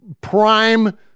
prime